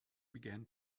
began